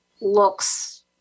looks